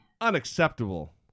Unacceptable